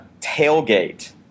tailgate